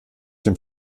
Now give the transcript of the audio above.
dem